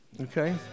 okay